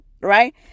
Right